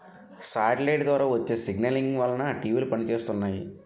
satellite ద్వారా వచ్చే signalling వలన టీవీలు పనిచేస్తున్నాయి